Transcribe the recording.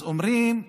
אז אומרים: